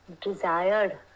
desired